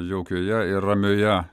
jaukioje ir ramioje